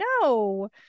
no